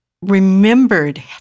Remembered